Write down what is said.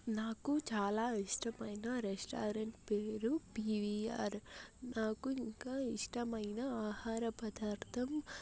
నాకు చాలా ఇష్టమైన రెస్టారెంట్ పేరు పీవీఆర్ నాకు ఇంకా ఇష్టమైన ఆహారపదార్ధం